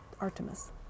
Artemis